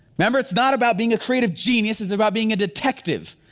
remember it's not about being a creative genius, it's about being a detective.